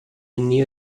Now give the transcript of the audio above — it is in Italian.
neo